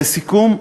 לסיכום,